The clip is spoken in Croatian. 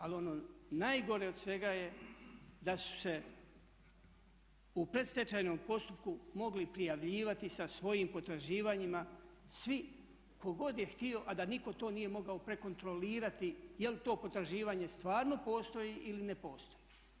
Ali ono najgore od svega je da su se u predstečajnom postupku mogli prijavljivati sa svojim potraživanjima svi tko god je htio a da nitko to nije mogao prekontrolirati je li to potraživanje stvarno postoji ili ne postoji.